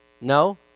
No